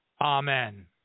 Amen